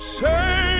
say